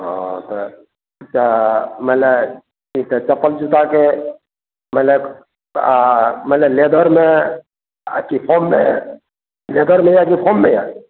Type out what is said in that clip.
हँ तऽ तऽ मानि लिअ कि छै चप्पल जूताके मानि लऽ आँ मानि लऽ लेदरमे आ की फोममे लेदरमे यऽ की फोममे यऽ